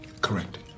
Correct